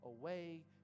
away